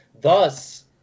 thus